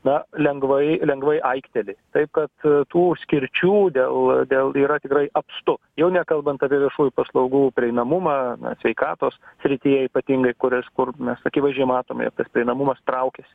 na lengvai lengvai aikteli taip kad tų skirčių dėl dėl yra tikrai apstu jau nekalbant apie viešųjų paslaugų prieinamumą na sveikatos srityje ypatingai kurias kur mes akivaizdžiai matome ir tas prieinamumas traukias